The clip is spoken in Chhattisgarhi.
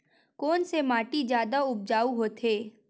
कोन से माटी जादा उपजाऊ होथे?